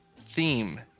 theme